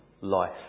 Life